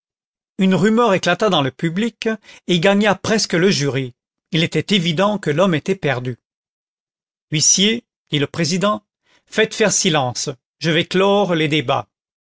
une rumeur éclata dans le public et gagna presque le jury il était évident que l'homme était perdu huissiers dit le président faites faire silence je vais clore les débats